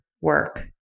work